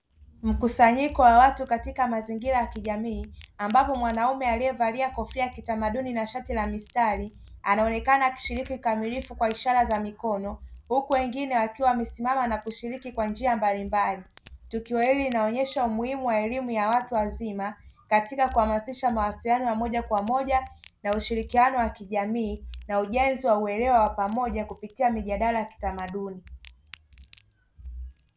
Mkusanyiko wa watu katika mazingira ya kijamii ambapo mwanaume aliyevalia kofia ya kitamaduni na shati la mistari anaonekana akishiriki kikamilifu kwa ishara za mikono; huku wengine wakiwa wamesimama na kushiriki kwa njia mbalimbali. Tukio hili linaonyesha umuhimu wa elimu ya watu wazima katika kuhamasisha mawasiliano ya moja kwa moja na ushirikikano wa kijami na ujenzi wa uwelewa wa pamoja kupitia mjadala ya kitamaduni